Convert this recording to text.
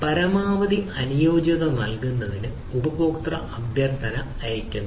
പരമാവധി അനുയോജ്യത നൽകുന്നതിന് ഉപഭോക്തൃ അഭ്യർത്ഥന അയയ്ക്കുന്നു